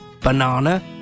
Banana